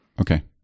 okay